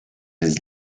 his